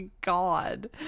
god